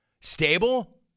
Stable